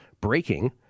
Breaking